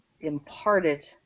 imparted